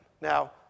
Now